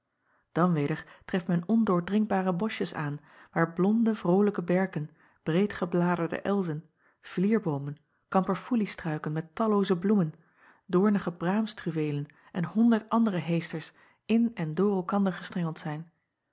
dan weder treft men ondoordringbare boschjes aan waar blonde vrolijke berken breedgebladerde elzen vlierboomen kamperfoeliestruiken met tallooze bloemen doornige braamstruweelen en honderd andere heesters in en door elkander gestrengeld zijn